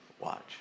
Watch